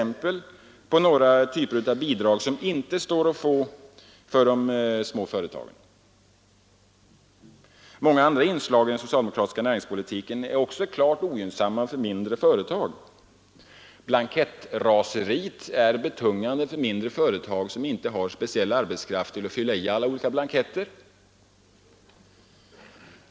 Många andra inslag i den socialdemokratiska näringspolitiken är också klart ogynnsamma för mindre företag. Blankettraseriet är betydande för mindre företag som inte har speciell arbetskraft som fyller i alla olika blanketter.